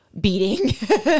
beating